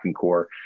core